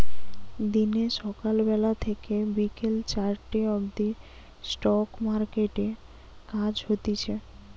দিনে সকাল বেলা থেকে বিকেল চারটে অবদি স্টক মার্কেটে কাজ হতিছে